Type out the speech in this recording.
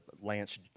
Lance